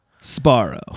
Sparrow